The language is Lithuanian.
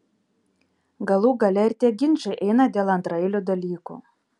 galų gale ir tie ginčai eina dėl antraeilių dalykų